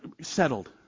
settled